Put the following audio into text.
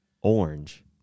Orange